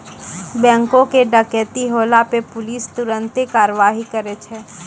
बैंको के डकैती होला पे पुलिस तुरन्ते कारवाही करै छै